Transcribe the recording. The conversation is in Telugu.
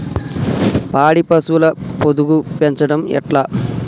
పాడి పశువుల పొదుగు పెంచడం ఎట్లా?